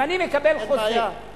אם אני מקבל חוזה, אין בעיה?